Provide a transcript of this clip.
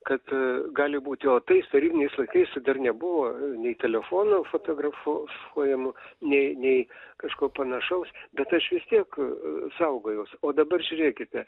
kad a gali būti o tais tarybiniais laikais tai dar nebuvo nei telefonų fotografuojamų nei nei kažko panašaus bet aš vis tiek saugojaus o dabar žiūrėkite